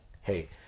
hey